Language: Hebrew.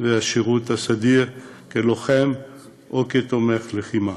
של השירות הסדיר כלוחם או כתומך לחימה.